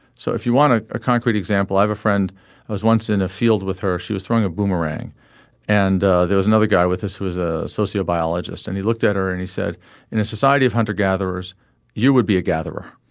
so if you want to a concrete example i have a friend who was once in a field with her she was throwing a boomerang and there was another guy with us who was a socio biologist and he looked at her and he said in a society of hunter gatherers you would be a gatherer